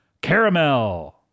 Caramel